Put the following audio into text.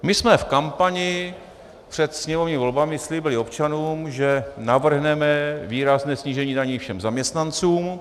My jsme v kampani před sněmovními volbami slíbili občanům, že navrhneme výrazné snížení daní všem zaměstnancům.